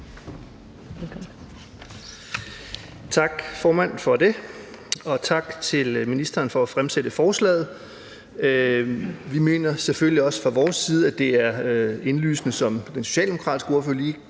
Tak for det, formand. Og tak til ministeren for at fremsætte forslaget. Vi mener selvfølgelig også fra vores side, at det er indlysende – som den socialdemokratiske ordfører